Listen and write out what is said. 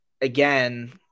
again